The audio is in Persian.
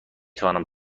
توانم